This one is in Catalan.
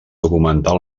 documentar